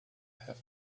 have